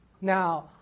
Now